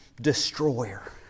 destroyer